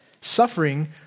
Suffering